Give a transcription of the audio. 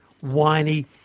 whiny